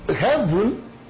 heaven